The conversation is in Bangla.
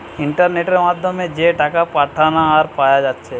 ইন্টারনেটের মাধ্যমে যে টাকা পাঠানা আর পায়া যাচ্ছে